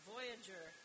Voyager